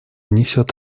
несет